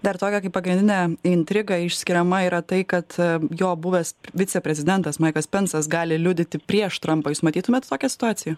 dar tokia kaip pagrindinė intriga išskiriama yra tai kad jo buvęs viceprezidentas maikas spensas gali liudyti prieš trumpą jūs matytumėt tokią situaciją